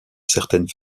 certaines